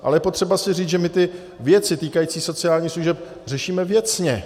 Ale je potřeba si říct, že my ty věci týkající se sociálních služeb řešíme věcně.